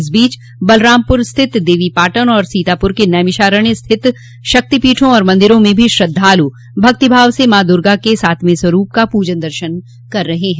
इस बीच बलरामपुर स्थित देवीपाटन और सीतापुर के नैमिषारण्य स्थित शक्तिपीठों और मंदिरों में भी श्रद्वालु भक्तिभाव से माँ दुर्गा के सातवें स्वरूप का पूजन दर्शन कर रहे हैं